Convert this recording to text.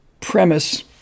premise